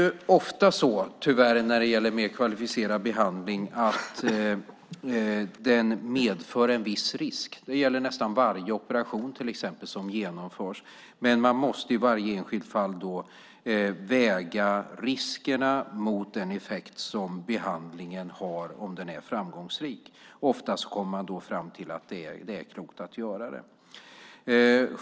När det gäller mer kvalificerad behandling medför den tyvärr ofta en viss risk. Det gäller till exempel nästan varje operation som genomförs. Men man måste i varje enskilt fall väga riskerna mot den effekt som behandlingen har om den är framgångsrik. Oftast kommer man då fram till att det är klokt att göra det.